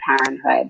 parenthood